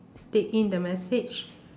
take in the message